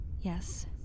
Yes